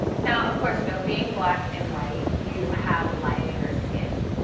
now, of course, you know, being black and white, you have lighter skin.